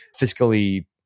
fiscally